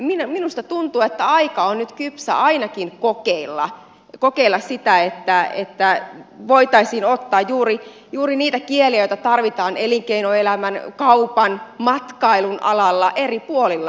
minusta tuntuu että aika on nyt kypsä ainakin kokeilla sitä että voitaisiin ottaa juuri niitä kieliä joita tarvitaan elinkeinoelämän kaupan matkailun alalla eri puolilla suomea